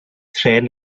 trên